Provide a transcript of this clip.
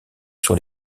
sur